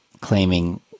claiming